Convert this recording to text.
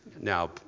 Now